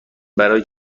برای